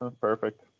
Perfect